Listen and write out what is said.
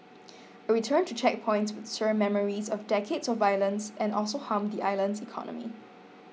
a return to checkpoints would stir memories of decades of violence and also harm the island's economy